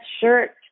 shirt